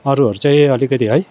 अरूहरू चाहिँ अलिकति है